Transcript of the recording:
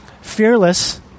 fearless